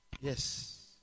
Yes